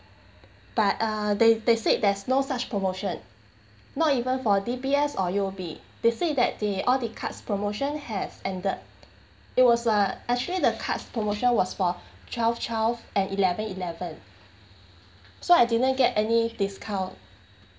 but uh they they said there's no such promotion not even for D_B_S or U_O_B they said that the all the cards promotion has ended it was uh actually the cards promotion was for twelve twelve and eleven eleven so I didn't get any discount